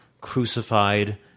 crucified